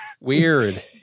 Weird